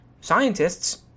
Scientists